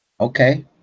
Okay